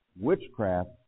Witchcraft